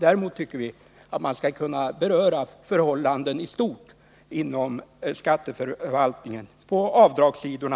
Däremot tycker vi att man skall kunna beröra förhållanden i stort inom skatteförvaltningen, t.ex. på avdragssidan.